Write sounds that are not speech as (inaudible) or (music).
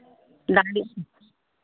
(unintelligible)